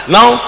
Now